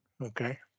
Okay